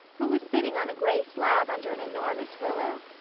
who was sitting on a gray slab under an enormous willow.